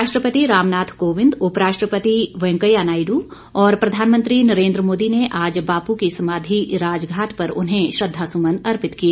राष्ट्रपति रामनाथ कोविंद उपराष्ट्रपति वैकेंया नायडू और प्रधानमंत्री नरेंद्र मोदी ने आज बापू की समाधि राजघाट पर उन्हें श्रद्वासुमन अर्पित किए